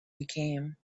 became